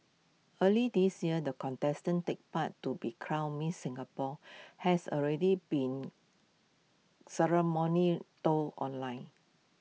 early this year the contestants take part to be crowned miss Singapore has already been ceremony trolled online